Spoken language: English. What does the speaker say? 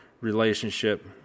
relationship